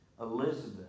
Elizabeth